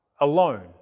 alone